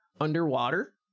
underwater